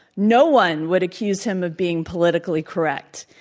no one would accuse him of being politically correct.